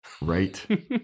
Right